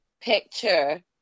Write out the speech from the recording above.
picture